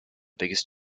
biggest